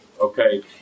Okay